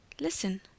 listen